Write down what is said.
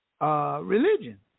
religion